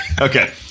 Okay